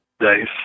Nice